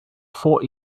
fort